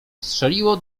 strzeliło